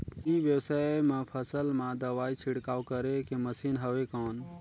ई व्यवसाय म फसल मा दवाई छिड़काव करे के मशीन हवय कौन?